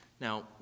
Now